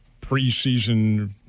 preseason